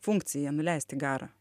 funkciją nuleisti garą